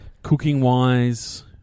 Cooking-wise